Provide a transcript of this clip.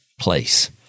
place